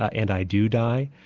and i do die,